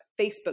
Facebook